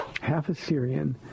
half-Assyrian